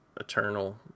eternal